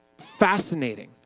fascinating